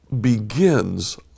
begins